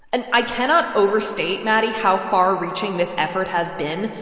and i cannot overstate, maddie, how far-reaching this effort has been.